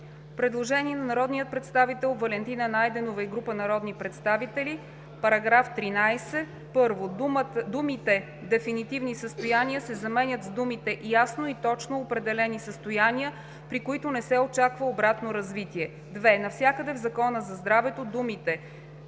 Предложение на народния представител Валентина Найденова и група народни представители: „§ 13: 1. Думите „дефинитивни състояния“ се заменят с думите „ясно и точно определени състояния, при които не се очаква обратно развитие“; 2. Навсякъде в Закона за здравето, думите: